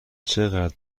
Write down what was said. چقدر